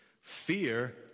fear